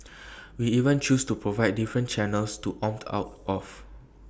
we even choose to provide different channels to opt out of